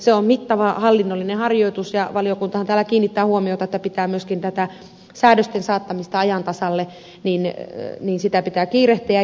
se on mittava hallinnollinen harjoitus ja valiokuntahan täällä kiinnittää huomiota siihen että pitää myöskin säädösten saattamista ajan tasalle kiirehtiä